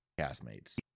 Castmates